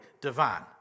divine